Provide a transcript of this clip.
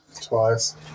twice